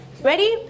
Ready